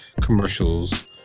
commercials